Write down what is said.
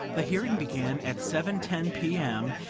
the hearing began at seven ten p. m.